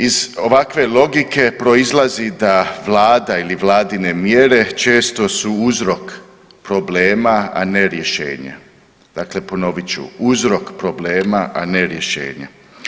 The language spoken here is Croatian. Iz ovakve logike proizlazi da vlada ili vladine mjere često su uzrok problema, a ne rješenja, dakle ponovit ću, uzrok problema, a ne rješenja.